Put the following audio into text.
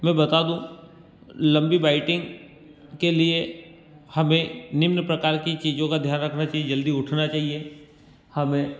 मैं बता दूँ लम्बी बाइटिंग के लिए हमें निम्न प्रकार की चीजों का ध्यान रखना चाहिए जल्दी उठना चाहिए हमें